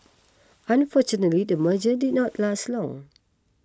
unfortunately the merger did not last long